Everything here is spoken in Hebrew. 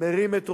מרים את ראשו,